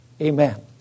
Amen